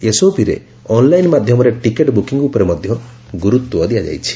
ଏସ୍ଓପିରେ online ମାଧ୍ୟମରେ ticket booking ଉପରେ ଗୁରୁତ୍ୱ ଦିଆଯାଇଛି